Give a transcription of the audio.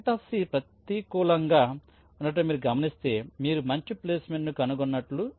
ΔC ప్రతికూలంగా ఉండటం మీరు గమనిస్తే మీరు మంచి ప్లేస్మెంట్ను కనుగొన్నట్టు